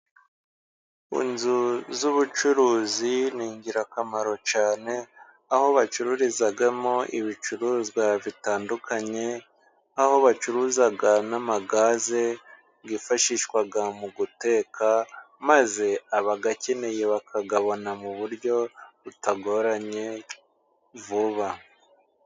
Inzu z'ubucuruzi ni ingirakamaro cyane, aho bacururizamo ibicuruzwa bitandukanye. Aho bacuruza n'amagaze yifashishwa mu guteka, maze abayakeneye bakayabona mu buryo butagoranye vuba.